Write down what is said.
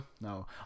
No